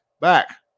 back